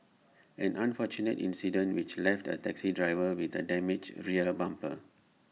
an unfortunate incident which left A taxi driver with A damaged rear bumper